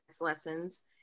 lessons